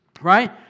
right